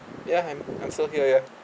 ya I'm I'm still here ya